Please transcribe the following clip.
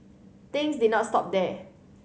things did not stop there